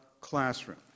classroom